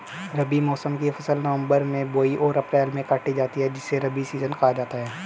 रबी मौसम की फसल नवंबर में बोई और अप्रैल में काटी जाती है जिसे रबी सीजन कहा जाता है